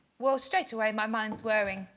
well straight away. my mind's wearing.